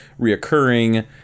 reoccurring